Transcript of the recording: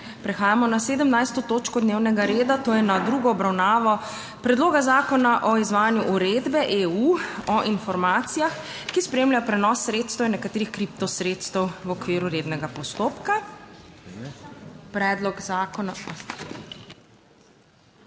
Prehajamo na 17. točko dnevnega reda, to je na drugo obravnavo Predloga zakona o izvajanju Uredbe EU o informacijah, ki spremljajo prenos sredstev in nekaterih kripto sredstev v okviru rednega postopka. Predlog zakona...